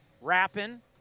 rapping